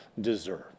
deserve